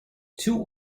two